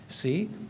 See